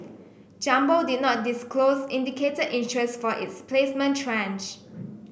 Jumbo did not disclose indicated interest for its placement tranche